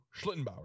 Schlittenbauer